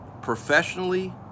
professionally